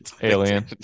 alien